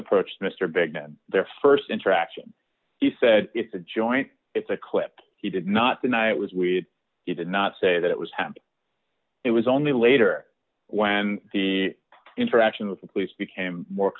approached mr big men their st interaction he said it's a joint it's a clip he did not deny it was we he did not say that it was him it was only later when the interaction with the police became more